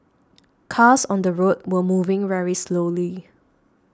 cars on the road were moving very slowly